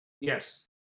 Yes